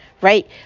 right